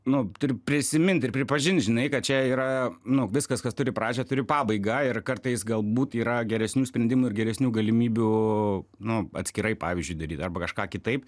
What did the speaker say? nu ir prisimint ir pripažint žinai kad čia yra nu viskas kas turi pradžią turi pabaigą ir kartais galbūt yra geresnių sprendimų ir geresnių galimybių nu atskirai pavyzdžiui daryti arba kažką kitaip